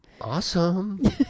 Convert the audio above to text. awesome